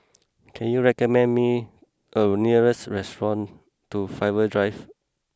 can you recommend me a nearest restaurant to Faber Drive